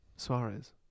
Suarez